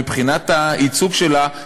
מבחינת הייצוג שלה,